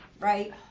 right